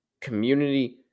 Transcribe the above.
community